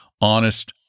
honest